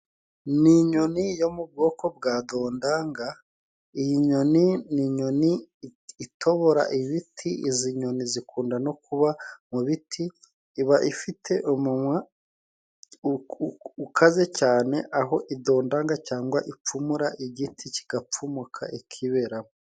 Ni inyoni yo mu bwoko bwa dondanga. Iy'inyoni, ni inyoni itobora ibiti. Iz'inyoni zikunda no kuba mu biti. Iba ifite umunwa ukaze cyane aho idodanga cyangwa ipfumura igiti kigapfumuka ikiberamo.